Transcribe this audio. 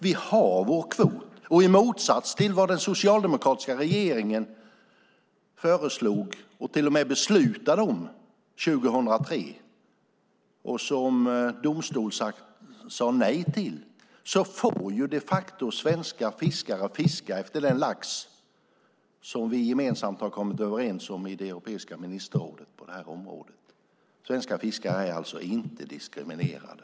Vi har vår kvot, och i motsats till vad den socialdemokratiska regeringen föreslog och till och med beslutade om 2003 och som domstolen sade nej till får de facto svenska fiskare fiska den lax som vi gemensamt har kommit överens om i det europeiska ministerrådet på detta område. Svenska fiskare är alltså inte diskriminerade.